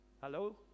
Hello